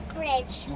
bridge